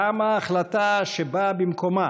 גם ההחלטה שבאה במקומה,